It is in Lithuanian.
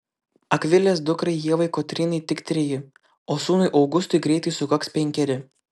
akvilės dukrai ievai kotrynai tik treji o sūnui augustui greitai sukaks penkeri